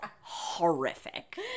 horrific